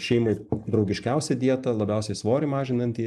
šeimai draugiškiausia dieta labiausiai svorį mažinanti